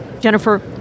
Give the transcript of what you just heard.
Jennifer